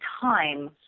time